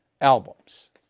albums